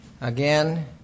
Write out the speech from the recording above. Again